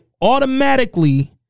automatically